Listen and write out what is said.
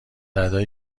ادای